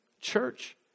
church